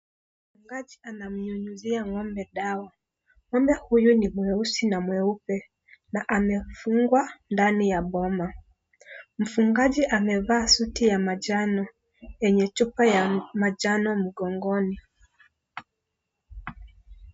Mchungaji, anamnyunyuzia ng'ombe dawa.Ng'ombe huyu ni mweusi na mweupe, na amefungwa ndani ya boma. Mfungaji amevaa suti ya manjano, yenye chupa ya majano mgongoni.